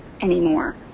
anymore